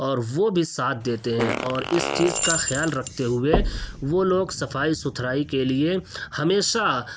اور وہ بھی ساتھ دیتے ہیں اور اس چیز کا خیال رکھتے ہوئے وہ لوگ صفائی ستھرائی کے لیے ہمیشہ